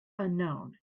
unknown